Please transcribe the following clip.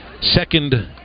second